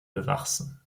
bewachsen